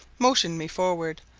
motioned me forward,